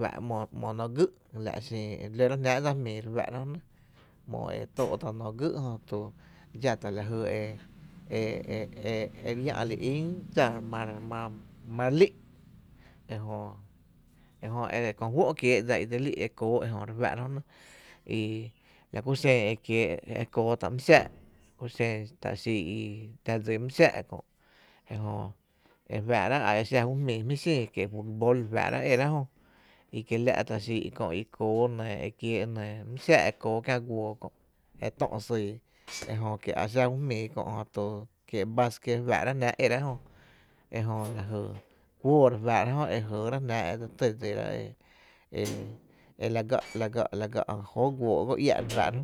fá’ta’ ‘mo nóoó gý’ la’ xin e lóra’ jnáá’ dsa jmíi re fáá’ra jö nɇ, ‘mo nóoó gý’ jö to dxá tá’ e nɇɇ e e e e e re llä’ li ín dsa ma re lí’ e jö, ejö ko juo’ kiee’ dsa i dse lí’ e kóó e jö re fáá’ra jönɇ, ejö laa ku xen e kóó ta´my xáá’, la ku xen e te dsí tá’ mý xáá’ e faá´’ra’ a exa ju jmíi, futbol fáá’ra’ juñíí’ i kiela’ tá’ xií’ i kóó e nɇɇ e nɇɇ my xáá’ e kiä’ guoo kö’ e tö’ syy, ejö kie’ a xa ju jmíi kö jö, ekiee’ vasquet fáá’raá’ e eráá’ e jö jö tu kuóo re f´paá’ra´’ jö e jɇɇráá’ jnáá’ e dse ty dsirá’a e la gá’ la gá’, la gá’ jóoó guóó’ go iä’ re fáá’ra jö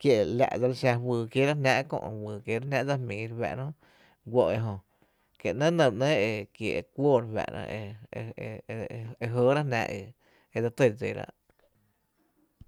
kiela’ dseli xá juyy kieerá’ jná’, juyy kierá’ jnáá’ dsa jmíi re faá´’ra jö guó ejö, kie’ ‘néé’ enɇ ba e kiee’ kuó re fáá´’ra e e e e jɇɇrá’ jnáá’ e dse tý dsíra´’.